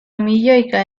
milioika